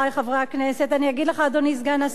אני אגיד לך, אדוני סגן השר, על מה אני מדברת.